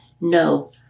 no